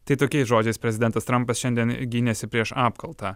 tai tokiais žodžiais prezidentas trampas šiandien gynėsi prieš apkaltą